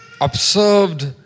observed